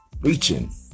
Reaching